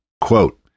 Quote